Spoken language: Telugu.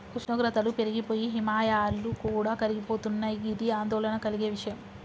ఉష్ణోగ్రతలు పెరిగి పోయి హిమాయాలు కూడా కరిగిపోతున్నయి గిది ఆందోళన కలిగే విషయం